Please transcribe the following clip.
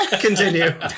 Continue